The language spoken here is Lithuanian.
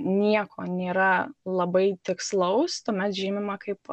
nieko nėra labai tikslaus tuomet žymima kaip